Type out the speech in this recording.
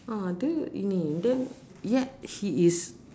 ah then ini then yet he is